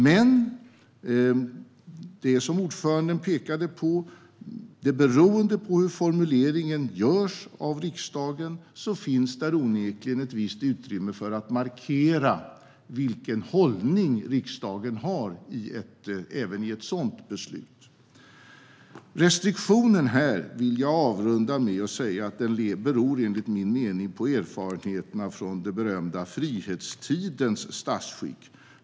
Men som ordföranden pekade på: Beroende på hur formuleringen görs av riksdagen finns där onekligen ett visst utrymme för att markera vilken hållning riksdagen har även i ett sådant beslut. Restriktionen här, vill jag avrunda med att säga, beror enligt min mening på erfarenheterna från frihetstidens berömda statsskick.